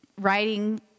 writing